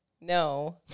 no